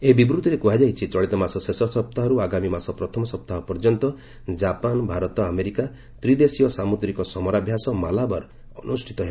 ଏହି ବିବୃତ୍ତିରେ କୁହାଯାଇଛି ଚଳିତମାସ ଶେଷ ସପ୍ତାହରୁ ଆଗାମୀ ମାସ ପ୍ରଥମ ସପ୍ତାହ ପର୍ଯ୍ୟନ୍ତ ଜାପାନ ଭାରତ ଆମେରିକା ତ୍ରିଦେଶୀୟ ସାମୁଦ୍ରିକ ସମରାଭ୍ୟାସ 'ମାଲାବାର' ଅନୁଷ୍ଠିତ ହେବ